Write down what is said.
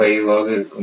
5 ஆக இருக்கும்